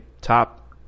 top